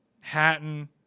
Hatton